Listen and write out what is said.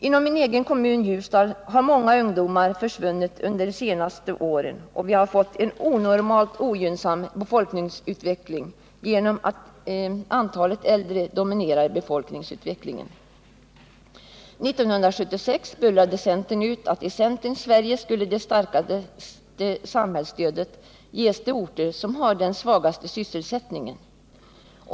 Inom min egen kommun, Ljusdal, har många ungdomar försvunnit under de senaste åren, och vi har fått en onormalt ogynnsam befolkningsutveckling genom att antalet äldre dominerar befolkningsutvecklingen. 1976 bullrade centern ut att i centerns Sverige skulle det starkaste samhällsstödet ges till de orter som hade den svagaste sysselsättningen.